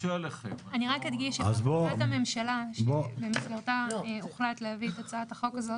אני רק אדגיש שבהחלטת הממשלה שבמסגרתה הוחלט להביא את הצעת החוק הזאת,